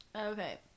okay